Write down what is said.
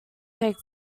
take